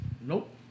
Nope